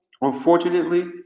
unfortunately